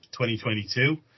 2022